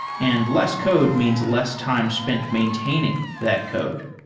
and less code means less time spent maintaining that code.